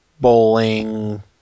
bowling